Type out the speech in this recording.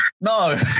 No